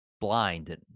blind